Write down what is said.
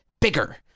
bigger